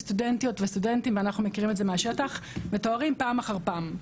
סטודנטים וסטודנטיות מתוארים פעם אחר פעם.